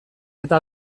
eta